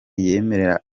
yemerera